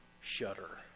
shudder